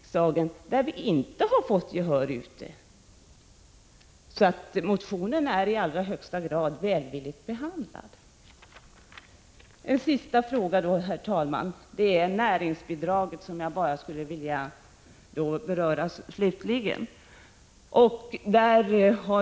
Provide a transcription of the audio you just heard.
riksdagen som vi inte har fått gehör för ute i samhället. Så motionen är i allra högsta grad välvilligt behandlad. Herr talman! En sista fråga som jag skulle vilja beröra är näringsbidraget.